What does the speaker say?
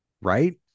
Right